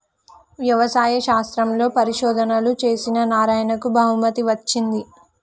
వ్యవసాయ శాస్త్రంలో పరిశోధనలు చేసిన నారాయణకు బహుమతి వచ్చింది